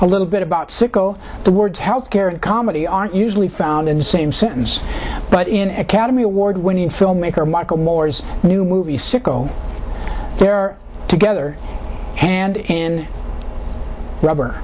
a little bit about sicko towards health care and comedy aren't usually found in the same sentence but in a county award winning filmmaker michael moore's new movie sicko they're together hand in rubber